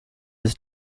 his